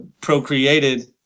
procreated